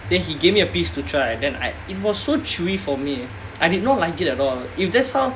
then he gave me a piece to try and I it was so chewy for me I did not like it at all if that's how